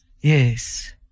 Yes